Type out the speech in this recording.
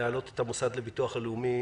להעלות את המוסד לביטוח לאומי